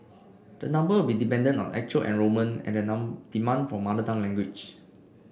the number will be dependent on actual enrolment and the non demand for mother tongue language